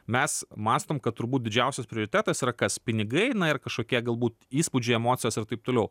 mes mąstom kad turbūt didžiausias prioritetas yra kas pinigai na ir kažkokie galbūt įspūdžiai emocijos ir taip toliau